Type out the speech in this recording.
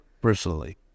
personally